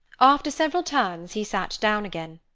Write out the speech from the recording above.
after several turns, he sat down again.